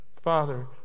Father